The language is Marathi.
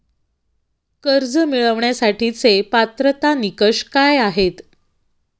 कर्ज मिळवण्यासाठीचे पात्रता निकष काय आहेत?